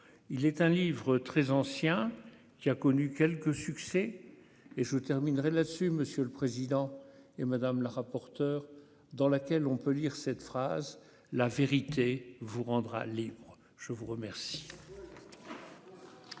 il est un livre très ancien qui a connu quelques succès et je terminerai là-dessus monsieur le président, et Madame la rapporteure, dans laquelle on peut lire cette phrase : la vérité vous rendra libre, je vous remercie.